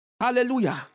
Hallelujah